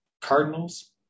Cardinals